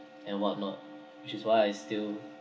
and whatnot which is why I still